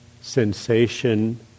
sensation